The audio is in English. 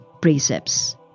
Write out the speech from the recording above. precepts